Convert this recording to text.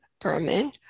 Berman